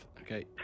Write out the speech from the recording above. Okay